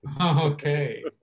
Okay